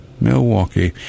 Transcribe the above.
Milwaukee